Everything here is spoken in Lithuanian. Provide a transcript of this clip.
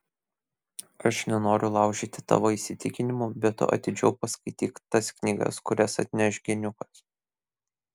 aš nenoriu laužyti tavo įsitikinimų bet tu atidžiau paskaityk tas knygas kurias atneš geniukas